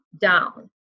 down